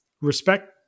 respect